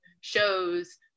shows